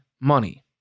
money